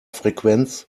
frequenz